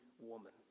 woman